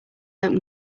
open